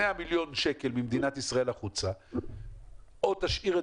100 מיליון שקל ממדינת ישראל החוצה או תשאיר את